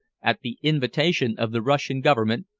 at the invitation of the russian government,